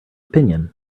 opinion